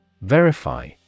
Verify